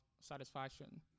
satisfaction